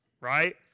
right